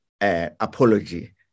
apology